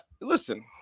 listen